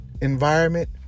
environment